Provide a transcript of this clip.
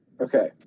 Okay